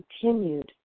continued